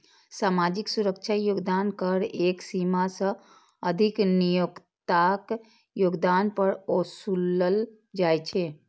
सामाजिक सुरक्षा योगदान कर एक सीमा सं अधिक नियोक्ताक योगदान पर ओसूलल जाइ छै